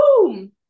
boom